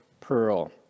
pearl